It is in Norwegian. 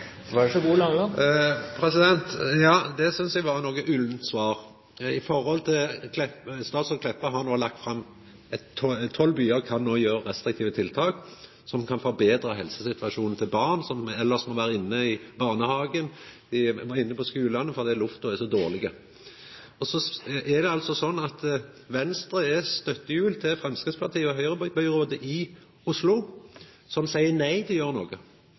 Statsråd Meltveit Kleppa har lagt opp til at tolv byar no kan gjera restriktive tiltak som kan betra helsesituasjonen for barn som elles må vera inne i barnehagen eller inne på skulen fordi lufta er så dårleg. Så er det altså sånn at Venstre er støttehjul til Framstegsparti-Høgre-byrådet i Oslo, som seier nei til å